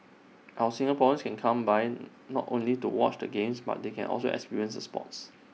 our Singaporeans can come by not only to watch the games but they can also experience the sports